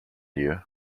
you